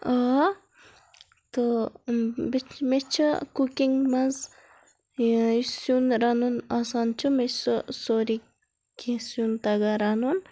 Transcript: آ تہٕ مےٚ چھِ کُکنگ منٛز یُس سیُن رَنُن آسان چھُ مےٚ چھُ سُہ سورُے کینہہ سیُن تَگان رَنُن